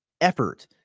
effort